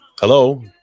hello